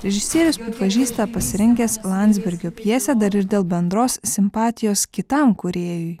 režisierius pripažįsta pasirinkęs landsbergio pjesę dar ir dėl bendros simpatijos kitam kūrėjui